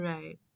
Right